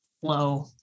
flow